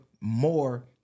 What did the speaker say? more